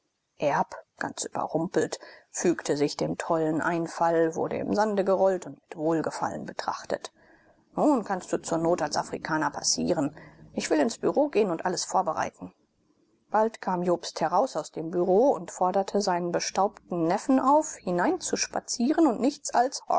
erb ganz überrumpelt fügte sich dem tollen einfall wurde im sande gerollt und mit wohlgefallen betrachtet nun kannst du zur not als afrikaner passieren ich will ins bureau gehen und alles vorbereiten bald kam jobst heraus aus dem bureau und forderte seinen bestaubten neffen auf hineinzuspazieren und nichts als